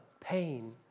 pain